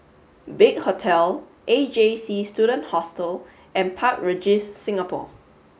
big Hotel A J C Student Hostel and Park Regis Singapore